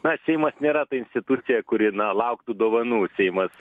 na seimas nėra ta institucija kuri na lauktų dovanų seimas